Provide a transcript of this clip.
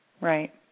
Right